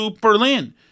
Berlin